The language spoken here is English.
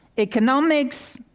economics